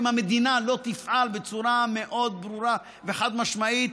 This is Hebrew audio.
אם המדינה לא תפעל בצורה מאוד ברורה וחד-משמעית,